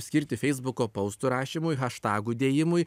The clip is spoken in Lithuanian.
skirti feisbuko poustų rašymui haštagų dėjimui